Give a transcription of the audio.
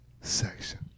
section